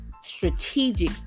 strategic